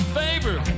favor